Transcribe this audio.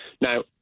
Now